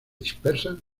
dispersan